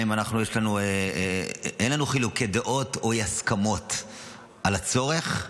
אין לנו חילוקי דעות או אי-הסכמות על הצורך.